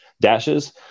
dashes